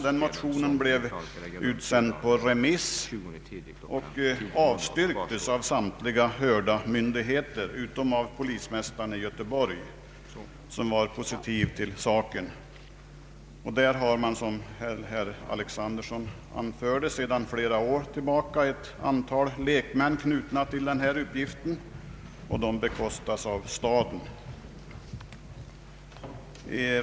Denna motion blev utsänd på remiss och avstyrktes av samtliga hörda myndigheter utom av polismästaren i Göteborg, som var positiv. Där har man som herr Alexandersson anförde sedan flera år tillbaka ett antal lekmän knutna till denna uppgift, och kostnaderna betalas av staden.